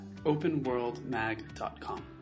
openworldmag.com